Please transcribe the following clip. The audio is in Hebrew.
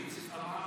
כמו שיוסף אמר,